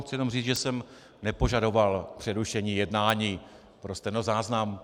Chci jenom říct, že jsem nepožadoval přerušení jednání pro stenozáznam.